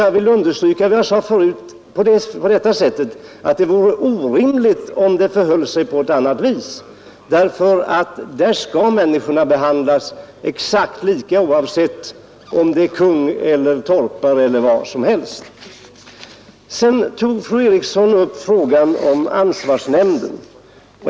Jag vill understryka vad jag förut sade på detta sätt att det vore orimligt om det förhölle sig på annat vis. Människorna skall behandlas exakt lika, oavsett om det är kung eller torpare. Fru Eriksson tog också upp frågan om ansvarsnämnden.